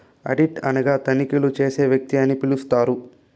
audit అనగా తనిఖీలు చేసే వ్యక్తి అని పిలుత్తారు